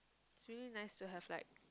it's really nice to have like